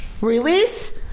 Release